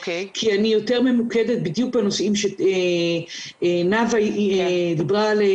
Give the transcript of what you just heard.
כי אני יותר ממוקדת בדיוק בנושאים שנאוה דיברה עליהם,